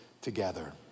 together